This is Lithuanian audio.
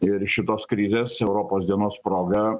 ir šitos krizės europos dienos proga